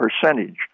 percentage